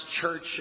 church